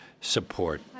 support